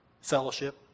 fellowship